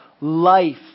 life